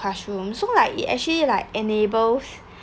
classroom so like it actually like enables